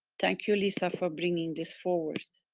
thank you lisa for bringing this forward.